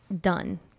done